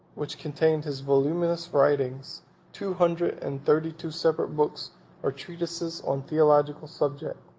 which contained his voluminous writings two hundred and thirty-two separate books or treatises on theological subjects,